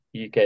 uk